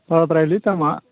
बाराद्रायलै दामआ